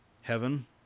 heaven